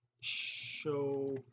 show